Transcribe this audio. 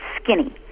skinny